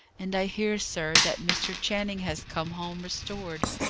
and i hear, sir, that mr. channing has come home restored,